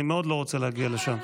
ואני מאוד לא רוצה להגיע לשם.